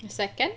second